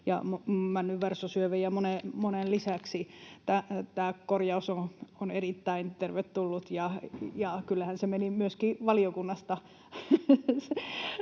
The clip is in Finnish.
männynversosyövän ja monen lisäksi. Tämä korjaus on erittäin tervetullut. Kyllähän se meni myöskin valiokunnasta